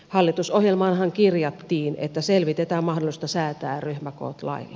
hallitusohjelmaanhan kirjattiin että selvitetään mahdollisuutta säätää ryhmäkoot lailla